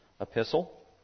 epistle